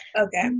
Okay